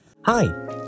Hi